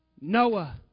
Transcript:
Noah